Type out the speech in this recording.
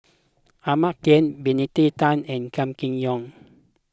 Ahmad Khan Benedict Tan and Kam Kee Yong